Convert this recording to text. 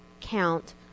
count